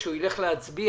כשהוא ילך להצביע,